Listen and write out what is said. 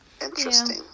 interesting